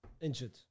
injured